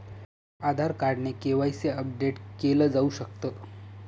आधार card ने KYC update केल जाऊ शकत